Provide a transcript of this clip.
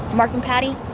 marking patty.